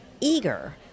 eager